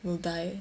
will die